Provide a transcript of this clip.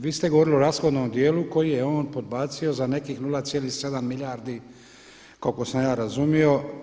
Vi ste govorili o rashodovnom djelu koji je on podbacio za nekih 0,7 milijardi koliko sam ja razumio.